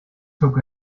took